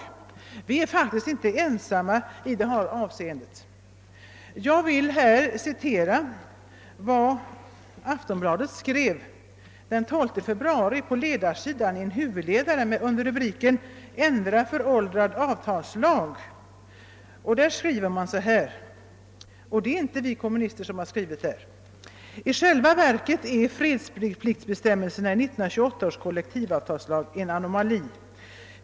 Vi är faktiskt inte ensamma om vår åsikt i denna fråga. Jag vill citera vad Aftonbladet skrev under rubriken »Ändra föråldrad avtalslag» i en huvudledare den 12 februari; det är inte vi kommunister som har skrivit detta: »I själva verket är fredspliktbestämmelserna i 1928 års kollektivavtalslag en anomali.